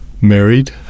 married